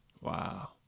Wow